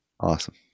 Awesome